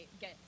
get